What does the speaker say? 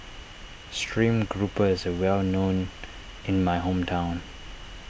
Stream Grouper is a well known in my hometown